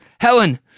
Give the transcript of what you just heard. Helen